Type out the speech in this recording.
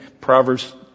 Proverbs